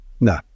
No